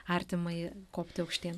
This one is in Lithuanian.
artimąjį kopti aukštyn